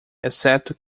exceto